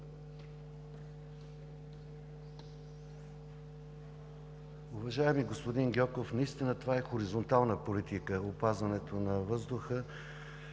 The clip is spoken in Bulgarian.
Уважаеми господин Гьоков, наистина това е хоризонтална политика – опазването на въздуха